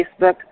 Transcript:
Facebook